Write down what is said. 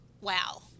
Wow